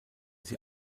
sie